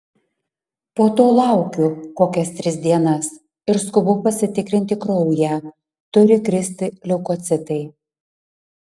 po to laukiu kokias tris dienas ir skubu pasitikrinti kraują turi kristi leukocitai